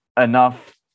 enough